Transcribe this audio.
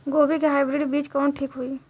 गोभी के हाईब्रिड बीज कवन ठीक होई?